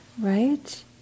right